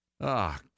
Ah